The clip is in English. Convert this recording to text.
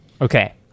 Okay